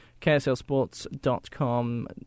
kslsports.com